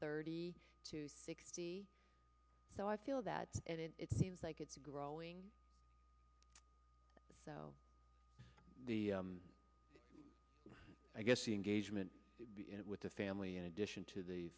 thirty to sixty so i feel that and it seems like it's growing so the i guess the engagement with the family in addition to the